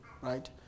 right